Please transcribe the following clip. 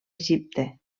egipte